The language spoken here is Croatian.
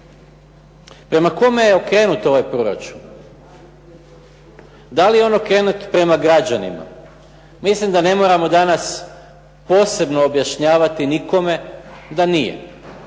Prema koje je okrenut ovaj proračun? Da li je on okrenut prema građanima? Mislim da ne moramo danas posebno objašnjavati nikome da nije.